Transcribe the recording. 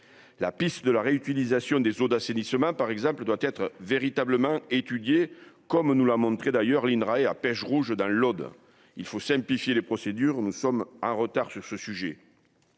la piste de la réutilisation des eaux d'assainissement, par exemple, doit être véritablement étudié comme nous l'a montré, d'ailleurs, l'INRA et à Pech Rouge dans l'Aude, il faut simplifier les procédures, nous sommes retard sur ce sujet,